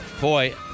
Boy